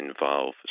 involve